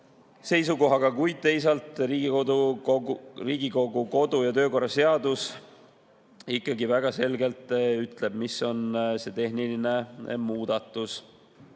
seisukohaga, kuid teisalt ütleb Riigikogu kodu- ja töökorra seadus ikkagi väga selgelt, mis on tehniline muudatus.